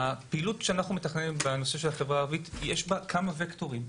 הפעילות שאנחנו מתכננים בנושא של החברה העברית יש בה כמה וקטורים.